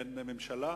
אין ממשלה?